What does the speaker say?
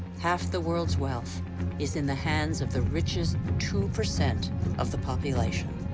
half the world's wealth is in the hands of the richest two percent of the population.